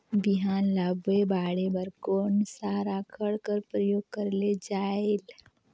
बिहान ल बोये बाढे बर कोन सा राखड कर प्रयोग करले जायेल?